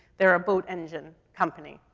they're a boat engine company.